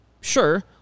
Sure